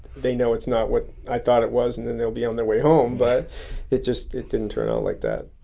they know it's not what i thought it was and and they'll be on their way home. but it just didn't turn out like that.